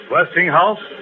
Westinghouse